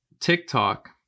TikTok